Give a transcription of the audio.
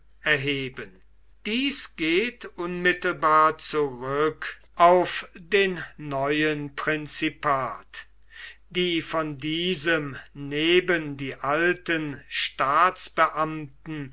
erheben dies geht unmittelbar zurück auf den neuen prinzipat die von diesem neben die alten staatsbeamten